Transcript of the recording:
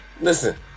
listen